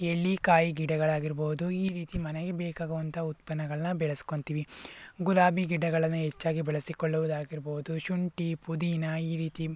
ಎಳ್ಳಿಕಾಯಿ ಗಿಡಗಳಾಗಿರ್ಬೋದು ಈ ರೀತಿ ಮನೆಗೆ ಬೇಕಾಗೋವಂಥ ಉತ್ಪನ್ನಗಳನ್ನು ಬೆಳೆಸ್ಕೊಂತೀವಿ ಗುಲಾಬಿ ಗಿಡಗಳನ್ನ್ನನು ಹೆಚ್ಚಾಗಿ ಬೆಳೆಸಿಕೊಳ್ಳೋದಾಗಿರ್ಬೋದು ಶುಂಠಿ ಪುದಿನ ಈ ರೀತಿ